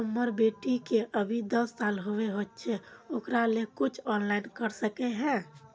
हमर बेटी के अभी दस साल होबे होचे ओकरा ले कुछ ऑनलाइन कर सके है?